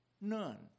None